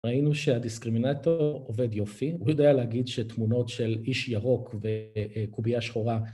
ראינו שהדיסקרימינטור עובד יופי, הוא יודע להגיד שתמונות של איש ירוק וקובייה שחורה